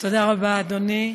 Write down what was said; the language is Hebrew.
תודה רבה, אדוני.